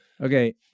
Okay